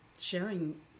Sharing